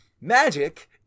Magic